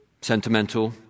sentimental